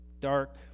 dark